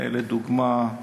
לדוגמה,